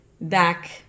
back